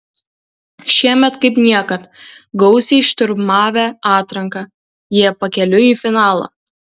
šiemet kaip niekad gausiai šturmavę atranką jie pakeliui į finalą